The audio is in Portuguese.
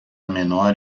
menor